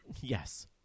Yes